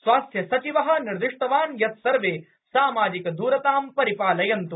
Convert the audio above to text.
स्वास्थ्यसचिवः निर्दिष्टवान् यत् सर्वे सामाजिकद्रतां परिपालयन्तु